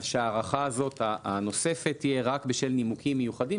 אז שההארכה הזאת הנוספת תהיה רק בשל נימוקים מיוחדים.